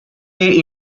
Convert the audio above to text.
day